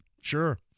sure